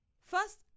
first